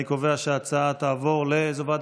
אני קובע שההצעה תעבור, לאיזו ועדה?